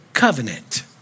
covenant